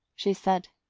she said,